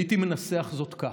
הייתי מנסח זאת כך: